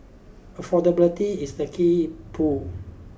affordability is the key pull